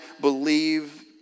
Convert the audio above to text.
believe